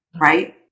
right